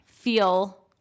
Feel